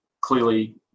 clearly